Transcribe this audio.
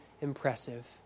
impressive